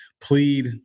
plead